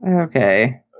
Okay